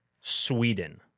Sweden